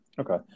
Okay